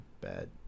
bad